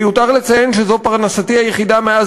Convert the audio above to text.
מיותר לציין שזו פרנסתי היחידה מאז